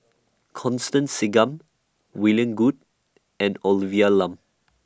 Constance Singam William Goode and Olivia Lum